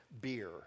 beer